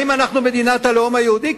אם אנחנו מדינת הלאום היהודי,